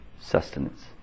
sustenance